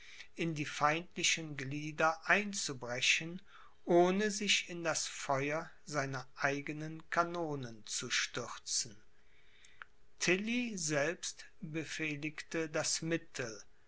in die feindlichen glieder einzubrechen ohne sich in das feuer seiner eigenen kanonen zu stürzen tilly selbst befehligte das mittel